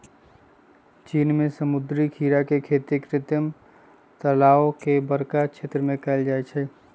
चीन में समुद्री खीरा के खेती कृत्रिम तालाओ में बरका क्षेत्र में कएल जाइ छइ